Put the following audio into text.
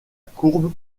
courbe